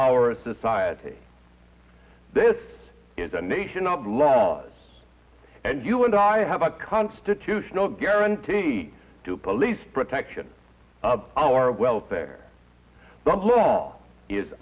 our society this is a nation of laws and you and i have a constitutional guarantee to police protection of our welfare the law is